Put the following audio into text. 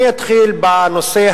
אני אתחיל בנושא